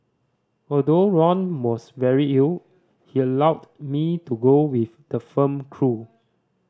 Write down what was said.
although Ron was very ill he allowed me to go with the film crew